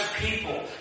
people